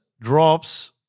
drops